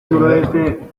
suroeste